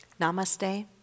Namaste